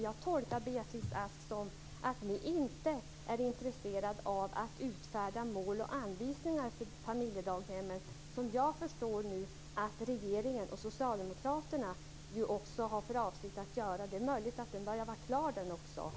Jag tolkar Beatrice Ask som att man inte är intresserad av att utfärda mål och anvisningar för familjedaghemmen. Jag förstår nu att regeringen och socialdemokraterna har för avsikt att göra detta. Det är möjligt att det arbetet också börjar bli klart.